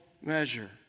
measure